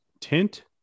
Tint